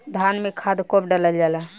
धान में खाद कब डालल जाला?